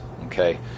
Okay